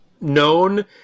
known